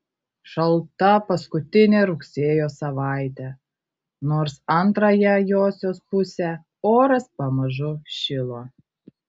šalta paskutinė rugsėjo savaitė nors antrąją josios pusę oras pamažu šilo